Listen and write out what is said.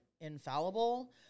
infallible